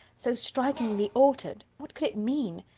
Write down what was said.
so strikingly altered what could it mean?